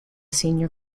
senior